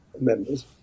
members